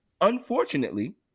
unfortunately